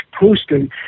posting